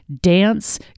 dance